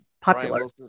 popular